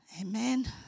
Amen